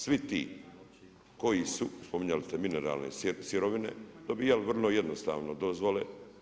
Svi ti koji su, spominjali ste mineralne sirovine dobijali vrlo jednostavno dozvole.